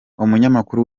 umunyamakuru